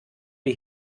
die